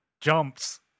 jumps